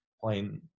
playing